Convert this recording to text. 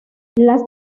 las